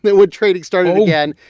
when when trading started. oh. again,